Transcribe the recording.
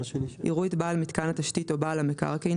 יראו את בעל מיתקן התשתית או בעל המקרקעין